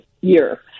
year